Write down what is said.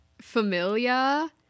familia